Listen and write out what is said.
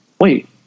wait